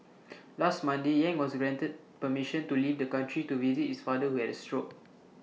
last Monday yang was granted permission to leave the country to visit is father who had A stroke